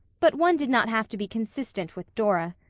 but one did not have to be consistent with dora.